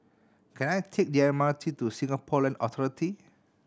can I take the M R T to Singapore Land Authority